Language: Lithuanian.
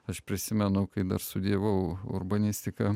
aš prisimenu kai dar studijavau urbanistiką